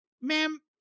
ma'am